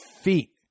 feet